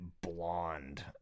blonde